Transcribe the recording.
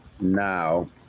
now